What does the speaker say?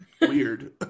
weird